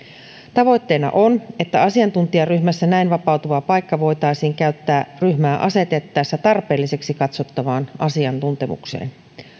tavoitteena on että asiantuntijaryhmässä näin vapautuva paikka voitaisiin käyttää ryhmää asetettaessa tarpeelliseksi katsottavaan asiantuntemukseen